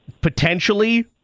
Potentially